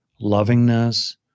lovingness